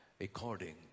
according